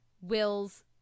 Will's